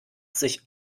sich